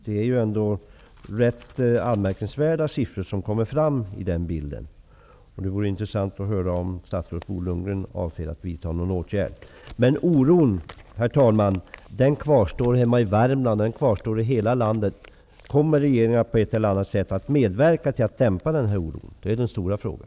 Det är ändå ganska anmärkningsvärda siffror som kommer fram i detta sammanhang. Det vore intressant att få höra om statsrådet Bo Lundgren avser att vidta någon åtgärd. Men oron, herr talman, kvarstår hemma i Värmland och i hela landet. Kommer regeringen att på ett eller annat sätt att medverka till att dämpa denna oro? Det är den stora frågan.